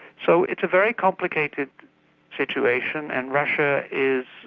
so it's a very complicated situation, and russia is,